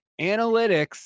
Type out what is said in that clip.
analytics